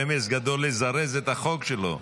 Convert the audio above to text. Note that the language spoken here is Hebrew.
רמז גדול לזרז את החוק שלו,